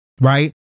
right